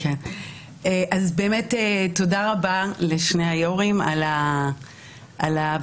אז באמת תודה רבה לשני היו"רים על הוועדה.